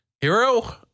Hero